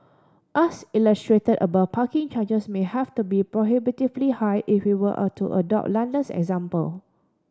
as illustrate above parking charges may have to be prohibitively high if we were all to adopt London's example